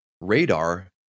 Radar